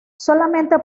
solamente